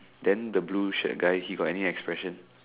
then the blue shirt guy he got any expression